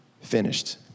finished